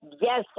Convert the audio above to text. Yes